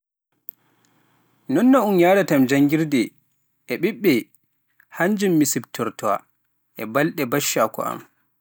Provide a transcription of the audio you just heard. Non no ɗum yahratam janngirde e ɓiɓɓe, hannjum mi siftortawa, e balɗ baccaaku am